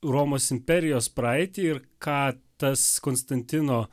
romos imperijos praeitį ir ką tas konstantino